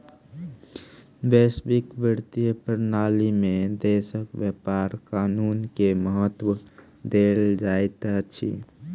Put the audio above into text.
वैश्विक वित्तीय प्रणाली में देशक व्यापार कानून के महत्त्व देल जाइत अछि